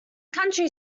county